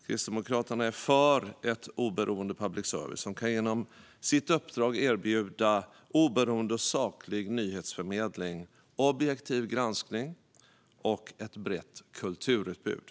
Kristdemokraterna är för en oberoende public service som genom sitt uppdrag kan erbjuda oberoende och saklig nyhetsförmedling, objektiv granskning och ett brett kulturutbud.